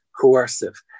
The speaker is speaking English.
coercive